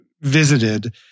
visited